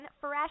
fresh